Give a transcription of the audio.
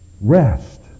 Rest